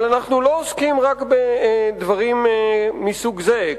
אבל אנחנו לא עוסקים רק בדברים מסוג זה,